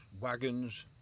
wagons